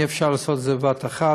אי-אפשר לעשות את זה בבת-אחת.